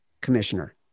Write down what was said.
commissioner